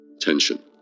tension